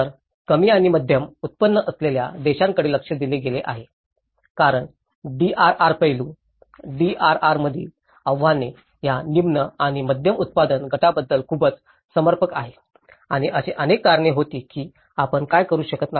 तर कमी आणि मध्यम उत्पन्न असलेल्या देशांकडे लक्ष दिले गेले आहे कारण डीआरआर पैलू डीआरआर मधील आव्हाने या निम्न आणि मध्यम उत्पन्न गटांबद्दल खूपच समर्पक आहेत आणि अशी अनेक कारणे होती की आपण का करू शकत नाही